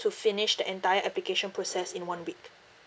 finish the entire application process in one week